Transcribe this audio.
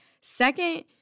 second